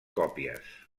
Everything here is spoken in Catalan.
còpies